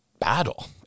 battle